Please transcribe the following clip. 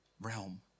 realm